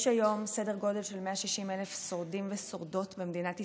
יש היום סדר גודל של 160,000 שורדים ושורדות במדינת ישראל.